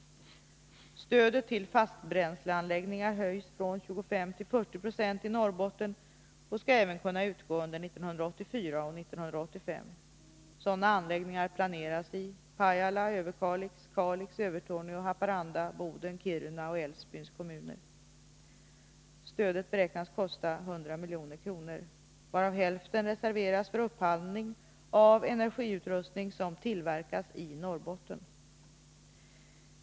Stödet till fastbränsleanläggningar höjs från 25 till 40 26 i Norrbotten och skall även kunna utgå under 1984 och 1985. Sådana anläggningar planeras i Pajala, Överkalix, Kalix, Övertorneå, Haparanda, Boden, Kiruna och Älvsbyns kommuner. Stödet beräknas kosta 100 milj.kr., varav hälften reserveras för upphandling av energiutrustning, som tillverkas i Norrbotten.